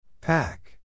Pack